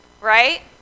right